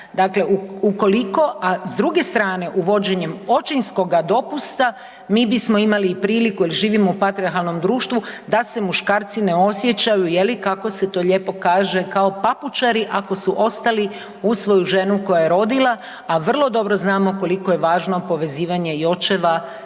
Dakle ukoliko, a s druge strane, uvođenjem očinskoga dopusta mi bismo imali i priliku jer živimo u patrijahalnom društvu da se muškarci ne osjećaju, je li, kako se to lijepo kaže, kao papučari, ako su ostali uz svoju ženu koja je rodila, a vrlo dobro znamo koliko je važno povezivanje i očeva u